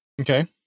Okay